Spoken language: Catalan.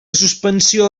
suspensió